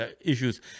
issues